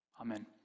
Amen